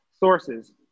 sources